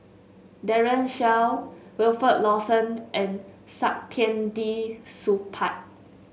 Daren Shiau Wilfed Lawson and Saktiandi Supaat